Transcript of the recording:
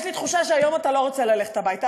יש לי תחושה שהיום אתה לא רוצה ללכת הביתה.